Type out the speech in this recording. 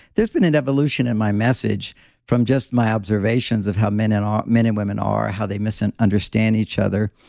there's been an evolution in my message from just my observations of how men and um men and women are how they miss an understand each other.